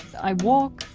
i walk.